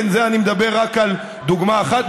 כן, זו רק דוגמה אחת.